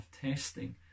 testing